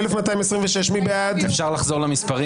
1,229 מי בעד?